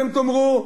אתם תאמרו: